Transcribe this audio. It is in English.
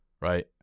right